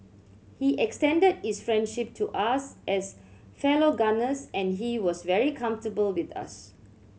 he extended his friendship to us as fellow gunners and he was very comfortable with us